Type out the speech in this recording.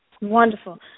Wonderful